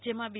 જેમાં બી